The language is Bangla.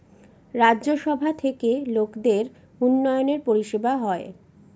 রাজ্য সভা থেকে লোকদের উন্নয়নের পরিষেবা হয়